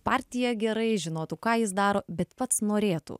partiją gerai žinotų ką jis daro bet pats norėtų